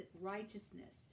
righteousness